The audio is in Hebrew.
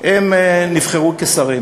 הם נבחרו לשרים.